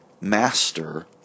master